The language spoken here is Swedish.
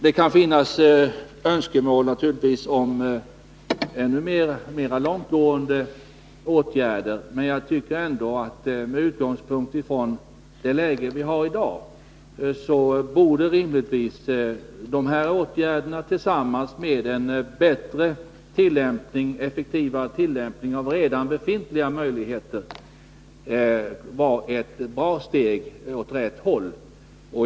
Det kan naturligtvis finnas önskemål om ännu mera långtgående åtgärder. Men jag tycker ändå med utgångspunkt från det läge vi har i dag att dessa förändringar, tillsammans med en effektivare tillämpning av redan befintliga metoder, borde vara ett bra steg åt rätt håll.